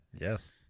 Yes